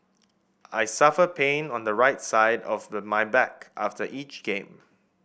I suffer pain on the right side of my back after each game